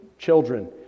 Children